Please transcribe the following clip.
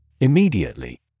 immediately